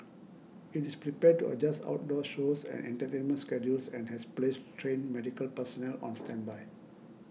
it is prepared to adjust outdoor shows and entertainment schedules and has placed trained medical personnel on standby